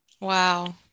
wow